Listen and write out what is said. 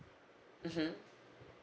mmhmm